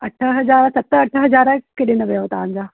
अठ हज़ार सत अठ हज़ार केॾे न वेयव तव्हांजा